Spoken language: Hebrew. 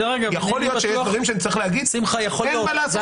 יכול להיות שיש דברים שנצטרך להגיד: אין מה לעשות,